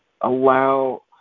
allow